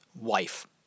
wife